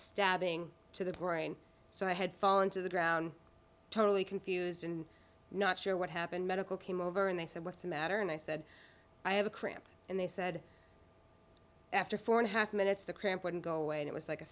stabbing to the brain so i had fallen to the ground totally confused and not sure what happened medical came over and they said what's the matter and i said i have a cramp and they said after four and a half minutes the cramp wouldn't go away it was like a